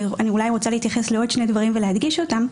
אני רוצה להתייחס לעוד שני דברים ולהדגיש אותם.